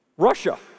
Russia